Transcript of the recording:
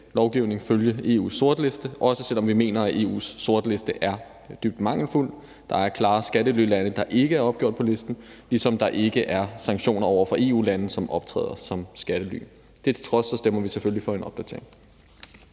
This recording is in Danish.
lovgivning følge EU's sortliste, også selv om vi mener, at EU's sortliste er dybt mangelfuld. Der er klare skattelylande, der ikke er opgjort på listen, ligesom der ikke er sanktioner over for EU-lande, som optræder som skattely. Det til trods stemmer vi selvfølgelig for en opdatering.